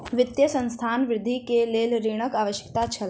वित्तीय संस्थानक वृद्धि के लेल ऋणक आवश्यकता छल